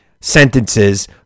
sentences